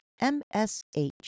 MSH